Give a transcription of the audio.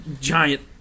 giant